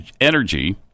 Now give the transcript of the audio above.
energy